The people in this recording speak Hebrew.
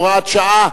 הוראת שעה),